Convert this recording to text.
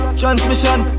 transmission